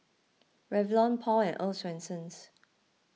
Revlon Paul and Earl's Swensens